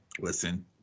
listen